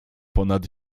ponad